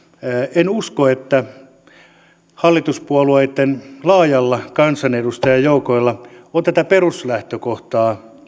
en usko että hallituspuolueitten laajalla kansanedustajajoukolla on mitään tätä peruslähtökohtaa